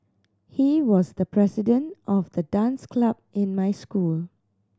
he was the president of the dance club in my school